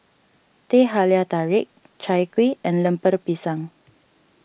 Teh Halia Tarik Chai Kuih and Lemper Pisang